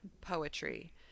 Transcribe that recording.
poetry